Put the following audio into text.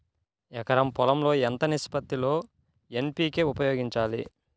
ఎకరం పొలం లో ఎంత నిష్పత్తి లో ఎన్.పీ.కే ఉపయోగించాలి?